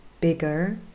bigger